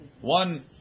one